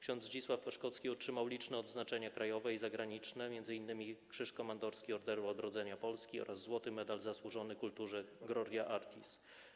Ks. Zdzisław Peszkowski otrzymał liczne odznaczenia krajowe i zagraniczne, m.in. Krzyż Komandorski Orderu Odrodzenia Polski oraz Złoty Medal „Zasłużony Kulturze Gloria Artis”